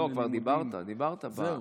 לא, כבר דיברת, דיברת פעם.